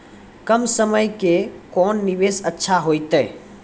कम समय के कोंन निवेश अच्छा होइतै?